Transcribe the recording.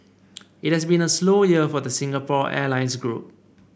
it has been a slow year for the Singapore Airlines group